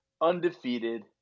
undefeated